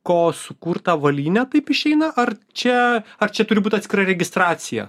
ko sukurtą avalynę taip išeina ar čia ar čia turi būt atskira registracija